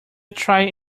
try